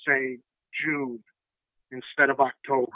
june instead of october